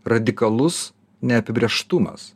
radikalus neapibrėžtumas